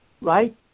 right